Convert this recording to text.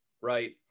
Right